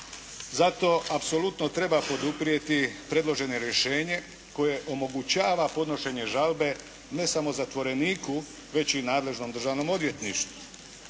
Zato apsolutno treba poduprijeti predloženo rješenje koje omogućava podnošenje žalbe ne samo zatvoreniku već i nadležnom državnom odvjetništvu.